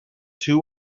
too